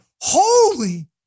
Holy